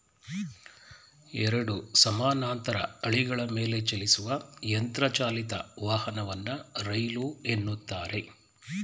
ಎರಡು ಸಮಾನಾಂತರ ಹಳಿಗಳ ಮೇಲೆಚಲಿಸುವ ಯಂತ್ರ ಚಾಲಿತ ವಾಹನವನ್ನ ರೈಲು ಎನ್ನುತ್ತಾರೆ